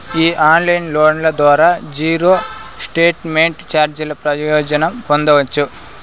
ఈ ఆన్లైన్ లోన్ల ద్వారా జీరో స్టేట్మెంట్ చార్జీల ప్రయోజనం పొందచ్చు